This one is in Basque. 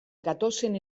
gatozen